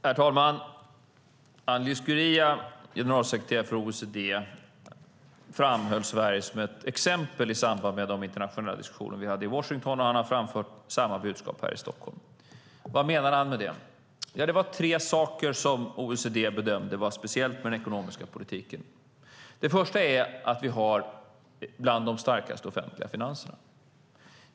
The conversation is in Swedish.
Herr talman! Angel Gurría, generalsekreterare för OECD, framhöll Sverige som ett exempel i samband med de internationella diskussioner vi hade i Washington, och han har framfört samma budskap här i Stockholm. Vad menade han med detta? Det var tre saker som OECD bedömde var speciellt med den ekonomiska politiken. Det första är att vi har bland de starkaste offentliga finanserna.